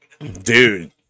Dude